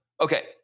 Okay